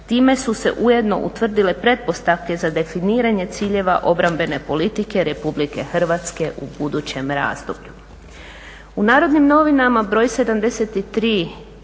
Time su se ujedno utvrdile pretpostavke za definiranje ciljeva obrambene politike RH u budućem razdoblju. U NN br.